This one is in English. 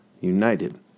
United